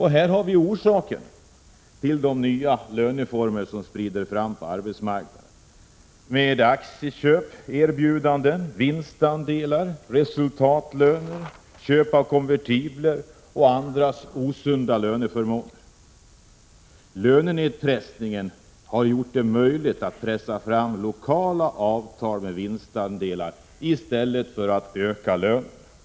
Här har vi orsaken till de nya löneformer som sprider sig på arbetsmarknaden; aktieköperbjudanden, vinstandelar, resultatlön, köp av konvertibler och andra osunda löneförmåner. Lönenedpressningen har gjort det möjligt att driva fram lokala avtal med vinstandelar i stället för att öka lönen.